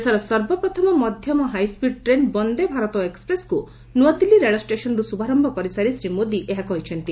ଦେଶର ସର୍ବପ୍ରଥମ ମଧ୍ୟମ ହାଇସ୍କିଡ୍ ଟ୍ରେନ୍ ବନ୍ଦେ ଭାରତ ଏକ୍୍ପପ୍ରେସ୍କୁ ନୂଆଦିଲ୍ଲୀ ରେଳଷ୍ଟେସନ୍ରୁ ଶୁଭାରମ୍ଭ କରିସାରି ଶ୍ରୀ ମୋଦି ଏହା କହିଛନ୍ତି